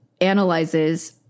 analyzes